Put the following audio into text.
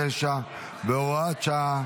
69 והוראת שעה)